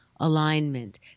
alignment